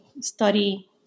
study